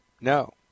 No